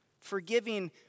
forgiving